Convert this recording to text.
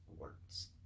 words